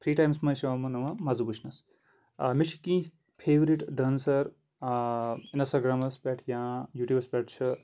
free ٹایمس منٛز چھُ یِمن یِوان مَزٕٕوُچھنَس مےٚ چھِ کیٚنٛہہ فیورِٹ ڈانسر آ انسٹاگرامس پٮ۪ٹھ یا یوٗٹیوٗبس پٮ۪ٹھ چھِ